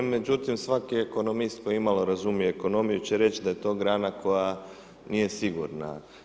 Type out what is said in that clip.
Međutim svaki ekonomist koji imalo razumije ekonomiju će reći da je to grana koja nije sigurna.